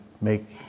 make